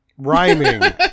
rhyming